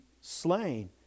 slain